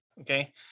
Okay